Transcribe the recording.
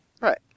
right